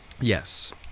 Yes